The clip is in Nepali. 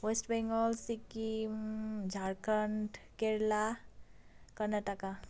वेस्ट बेङ्गल सिक्किम झारखन्ड केरला कर्नाटक